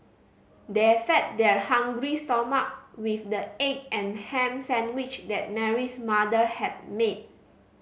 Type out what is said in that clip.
they fed their hungry stomach with the egg and ham sandwich that Mary's mother had made